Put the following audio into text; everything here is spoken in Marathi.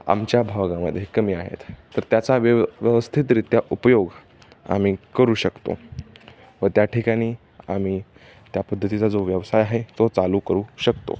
आमच्या भागामध्ये कमी आहेत तर त्याचा व्य व्यवस्थितरित्या उपयोग आम्ही करू शकतो व त्याठिकाणी आम्ही त्या पद्धतीचा जो व्यवसाय आहे तो चालू करू शकतो